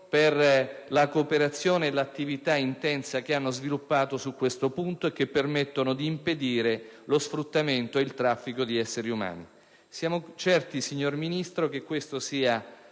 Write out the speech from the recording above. di cooperazione e l'opera intensa che hanno sviluppato su questo punto e che permettono di impedire lo sfruttamento e il traffico di esseri umani. Siamo certi, signor Ministro, che questa sia